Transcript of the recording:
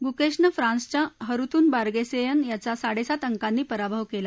गुकेशनं फ्रान्सच्या Harutyun Barseghyan याचा साडेसात अंकांनी पराभव केला